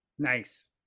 Nice